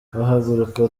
bahaguruka